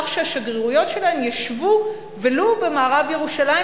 שהשגרירויות שלהן ישבו ולו במערב ירושלים,